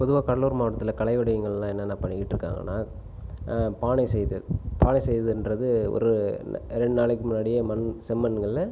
பொதுவாக கடலூர் மாவட்டத்தில் கலை வடிவங்களில் என்னென்னா பண்ணிகிட்டு இருக்காங்கன்னால் பானை செய்தல் பானை செய்கிறதுன்றது ஒரு ரெண்டு நாளைக்கு முன்னாடியே மண் செம்மண்ணுகளில்